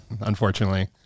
unfortunately